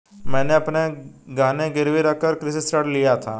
मैंने अपने गहने गिरवी रखकर गृह ऋण लिया था